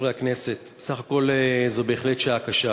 חברי הכנסת, בסך הכול זו בהחלט שעה קשה,